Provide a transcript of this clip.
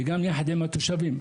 וגם יחד עם התושבים.